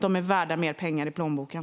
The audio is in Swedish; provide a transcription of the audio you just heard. De är värda mer pengar i plånboken.